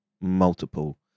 multiple